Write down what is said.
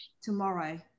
tomorrow